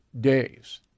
days